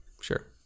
sure